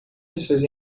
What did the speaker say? pessoas